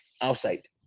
outside